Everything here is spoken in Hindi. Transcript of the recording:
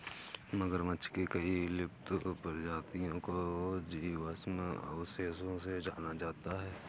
मगरमच्छ की कई विलुप्त प्रजातियों को जीवाश्म अवशेषों से जाना जाता है